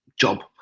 job